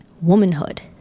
womanhood